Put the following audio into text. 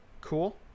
cool